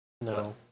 No